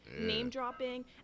Name-dropping